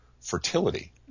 fertility